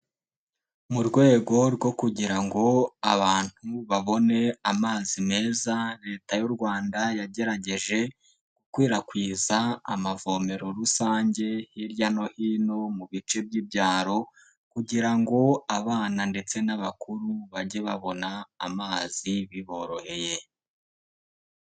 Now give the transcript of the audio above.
Mu rwego rwo kugira ngo abantu babone amazi meza, leta y'u Rwanda yagerageje kwirakwiza amavomero rusange hirya no hino mu bice by'ibyaro, kugira ngo abana ndetse n'abakuru bajye babona amazi biboroheye.